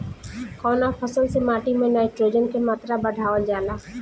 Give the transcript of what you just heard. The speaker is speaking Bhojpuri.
कवना फसल से माटी में नाइट्रोजन के मात्रा बढ़ावल जाला?